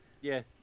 Yes